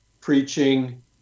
preaching